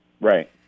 Right